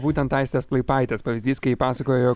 būtent aistės plaipaitės pavyzdys kai ji pasakojo